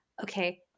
okay